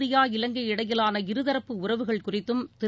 India இலங்கை இடையிலான இருதரப்பு உறவுகள் குறித்தும் திரு